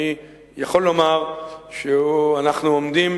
אני יכול לומר שאנחנו עומדים,